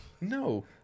No